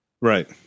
Right